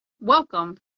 welcome